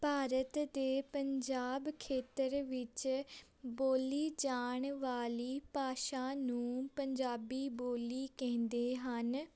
ਭਾਰਤ ਦੇ ਪੰਜਾਬ ਖੇਤਰ ਵਿੱਚ ਬੋਲੀ ਜਾਣ ਵਾਲੀ ਭਾਸ਼ਾ ਨੂੰ ਪੰਜਾਬੀ ਬੋਲੀ ਕਹਿੰਦੇ ਹਨ